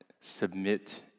submit